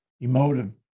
emotive